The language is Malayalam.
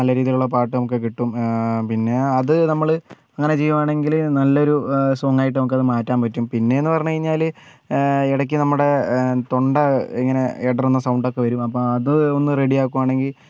നല്ല രീതിയിലുള്ള പാട്ട് നമുക്ക് കിട്ടും പിന്നെ അത് നമ്മൾ അങ്ങനെ ചെയ്യുവാണെങ്കിൽ നല്ലൊരു സോങ് ആയിട്ട് അത് മാറ്റാൻ പറ്റും പിന്നെ എന്ന് പറഞ്ഞുകഴിഞ്ഞാൽ ഇടയ്ക്ക് നമ്മുടെ തൊണ്ട ഇങ്ങനെ ഇടറുന്ന സൗണ്ട് ഒക്കെ വരും അപ്പം അത് ഒന്ന് റെഡി ആക്കുകവാണെങ്കിൽ